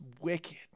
wicked